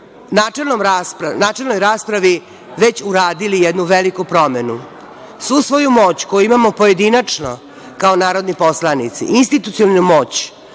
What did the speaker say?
načelnoj raspravi već uradili jednu veliku promenu. Svu svoju moć koju imamo pojedinačno kao narodni poslanici, institucionalnu moć